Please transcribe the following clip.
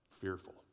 fearful